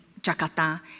Jakarta